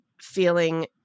feeling